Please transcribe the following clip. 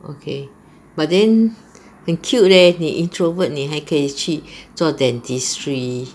okay but then 很 cute leh 你 introvert 你还可以去做 dentistry